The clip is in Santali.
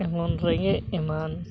ᱮᱢᱚᱱ ᱨᱮᱸᱜᱮᱡᱽ ᱮᱢᱟᱱ